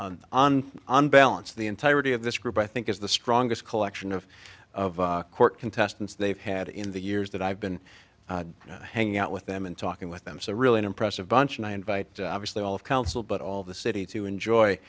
so on balance the entirety of this group i think is the strongest collection of court contestants they've had in the years that i've been hanging out with them and talking with them so really impressive bunch and i invite obviously all of council but all of the city to enjoy